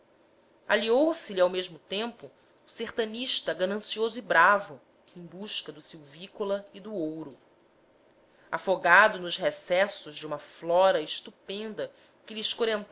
nordeste aliou se lhe ao mesmo tempo o sertanista ganancioso e bravo em busca do silvícola e do ouro afogado nos recessos de uma flora estupenda que lhe